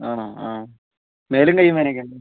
ആണോ ആ മേലും കയ്യും വേദനയൊക്കെ ഉണ്ടോ